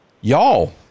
y'all